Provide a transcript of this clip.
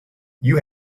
you